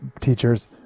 teachers